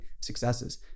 successes